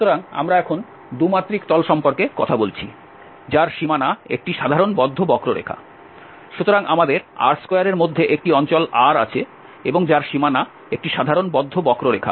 সুতরাং আমরা এখন 2 মাত্রিক সমতল সম্পর্কে কথা বলছি যার সীমানা একটি সাধারণ বদ্ধ বক্ররেখা সুতরাং আমাদের R2 এর মধ্যে একটি অঞ্চল R আছে এবং যার সীমানা একটি সাধারণ বদ্ধ বক্ররেখা